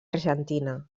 argentina